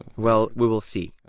well, we will see.